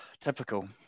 typical